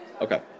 okay